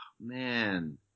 Man